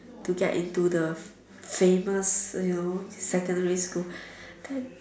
to get into the famous you know secondary school that